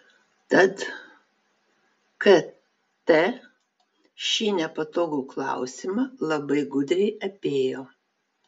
tad kt šį nepatogų klausimą labai gudriai apėjo